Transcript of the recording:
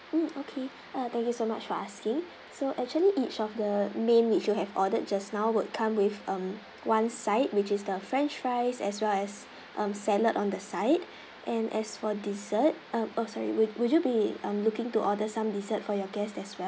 mm okay thank you so much for asking so actually each of the main which you have ordered just now would come with err one side which is the french fries as well as err salad on the side and as for dessert ah oh sorry would will you be I'm looking to order some dessert for your guests as we~